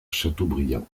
châteaubriant